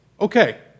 okay